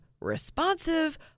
responsive